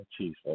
Jesus